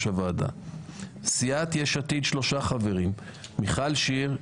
הוועדה; סיעת יש עתיד שלושה חברים: מיכל שיר,